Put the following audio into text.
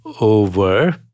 over